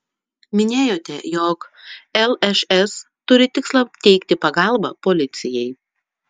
minėjote jog lšs turi tikslą teikti pagalbą policijai